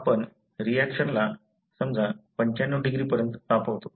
आपण रिऍक्शनला समजा 95 डिग्री पर्यन्त तापवतो